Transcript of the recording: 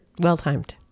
well-timed